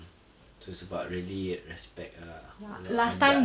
so it's about really respect lah adat adat adat